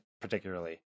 particularly